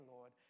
Lord